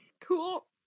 cool